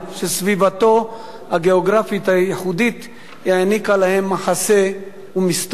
שסביבתו הגיאוגרפית הייחודית העניקה להם מחסה ומסתור.